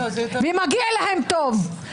ומגיע להם טוב.